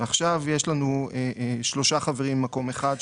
ועכשיו יש לנו שלושה חברים במקום אחד,